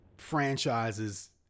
franchises